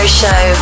show